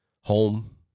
home